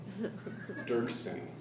Dirksen